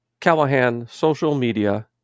callahansocialmedia